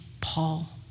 Paul